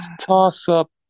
toss-up